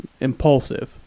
Impulsive